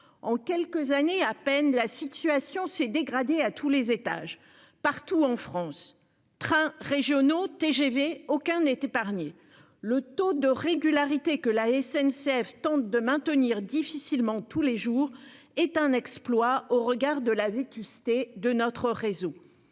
en quelques années à peine, la situation s'est dégradée à tous les étages. Partout en France, trains régionaux, TGV, aucun n'est épargné. Le taux de régularité que la SNCF tente de maintenir difficilement tous les jours est un exploit au regard de la vétusté de notre réseau.